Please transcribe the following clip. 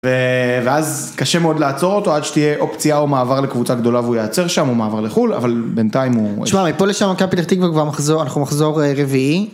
ואז קשה מאוד לעצור אותו עד שתהיה אופציה או מעבר לקבוצה גדולה והוא יעצר שם או מעבר לחול אבל בינתיים הוא. שמע מפה לשם מכבי פתח תקווה... אנחנו מחזור רביעי.